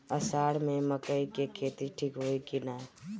अषाढ़ मे मकई के खेती ठीक होई कि ना?